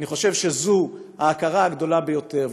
אני חושב שזו ההכרה הגדולה ביותר.